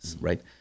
right